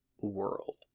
world